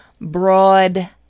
broad